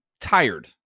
tired